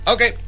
Okay